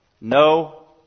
No